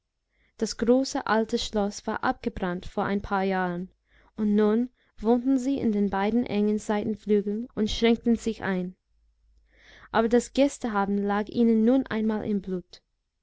das große alte schloß war abgebrannt vor ein paar jahren und nun wohnten sie in den beiden engen seitenflügeln und schränkten sich ein aber das gästehaben lag ihnen nun einmal im blut